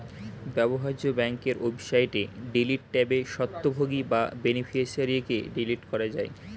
ব্যবহার্য ব্যাংকের ওয়েবসাইটে ডিলিট ট্যাবে স্বত্বভোগী বা বেনিফিশিয়ারিকে ডিলিট করা যায়